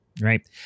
right